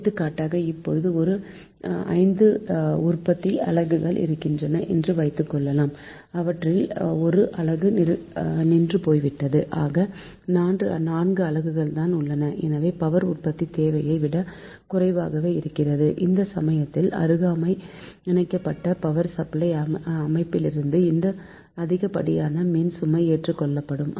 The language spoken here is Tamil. எடுத்துகாட்டாக இப்போது ஒரு 5 உற்பத்தி அலகுகள் இருக்கின்றன என்று வைத்துக்கொள்வோம் அவற்றில் ஒரு அலகு நின்றுபோய்விட்டது ஆக 4 அலகுகள்தான் உள்ளன எனவே பவர் உற்பத்தி தேவையை விட குறைவாக இருக்கிறது இந்த சமயத்தில் அருகாமை இணைக்கப்பட்ட பவர் சப்ளை அமைப்புகளிலிருந்து இந்த அதிகப்படியான மின்சுமை ஏற்றுக்கொள்ளப்படும்